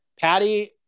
Patty